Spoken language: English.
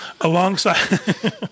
alongside